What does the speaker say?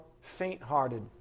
faint-hearted